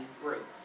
group